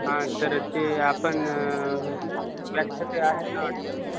हा तर ते आपण लक्षाते आहे ना वाटतं